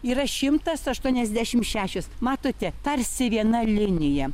yra šimtas aštuoniasdešim šešios matote tarsi viena linija